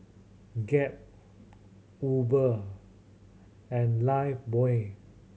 Gap Uber and Lifebuoy